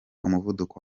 umuvuduko